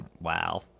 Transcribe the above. Wow